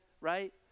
right